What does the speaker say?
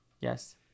Yes